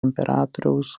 imperatoriaus